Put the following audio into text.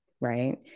right